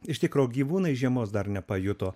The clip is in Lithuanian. iš tikro gyvūnai žiemos dar nepajuto